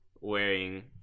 Wearing